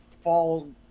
fall